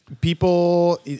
people